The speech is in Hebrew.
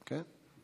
כן.